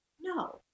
No